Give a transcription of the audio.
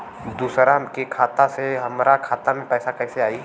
दूसरा के खाता से हमरा खाता में पैसा कैसे आई?